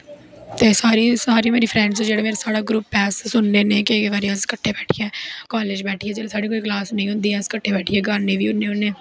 ते सारी मेरी फ्रैंडस जेह्ड़ा मेरा ग्रुप ऐ सुनने होने केंई बारी अस कट्ठे बैठियै कट्ठे बैठियै जिसलै साढ़ी कोई कलास नेंई होंदी अस कट्ठे बैठियै गाने बी होने होने